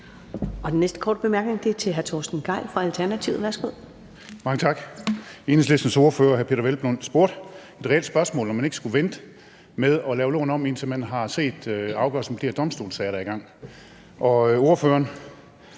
Den næste korte bemærkning er til hr. Torsten Gejl fra Alternativet. Værsgo. Kl. 12:37 Torsten Gejl (ALT): Mange tak. Enhedslistens ordfører, hr. Peder Hvelplund, stillede et reelt spørgsmål, nemlig om man ikke skulle vente med at lave loven om, indtil man har set afgørelsen fra de her domstolssager, der er i gang. I vanlig